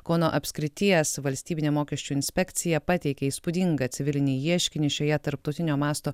kauno apskrities valstybinė mokesčių inspekcija pateikė įspūdingą civilinį ieškinį šioje tarptautinio masto